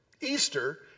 Easter